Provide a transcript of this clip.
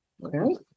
Right